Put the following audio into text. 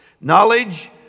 knowledge